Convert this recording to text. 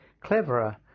cleverer